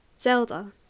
Zelda